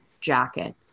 jacket